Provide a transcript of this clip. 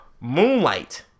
Moonlight